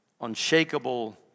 unshakable